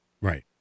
Right